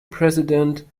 president